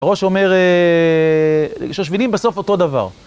רא"ש אומר שושבינים בסוף אותו דבר.